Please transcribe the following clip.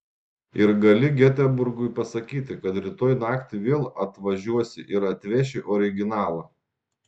ir gali geteborgui pasakyti kad rytoj naktį vėl atvažiuosi ir atveši originalą